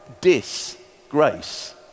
disgrace